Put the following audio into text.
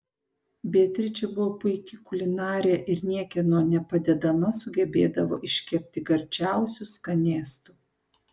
beatričė buvo puiki kulinarė ir niekieno nepadedama sugebėdavo iškepti gardžiausių skanėstų